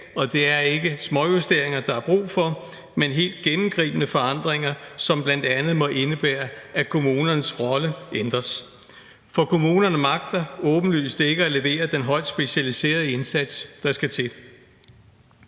og det er ikke småjusteringer, der er brug for, men helt gennemgribende forandringer, som bl.a. må indebære, at kommunernes rolle ændres, for kommunerne magter åbenlyst ikke at levere den højt specialiserede indsats, der skal til.